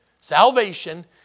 Salvation